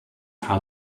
how